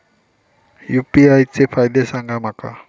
UPI चे फायदे सांगा माका?